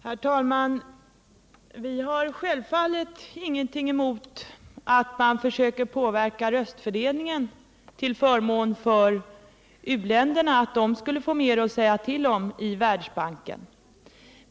Herr talman! Vi har självfallet ingenting emot att man försöker påverka röstfördelningen till förmån för u-länderna , så att dessa får mer att säga till om i Världsbanken.